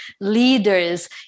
leaders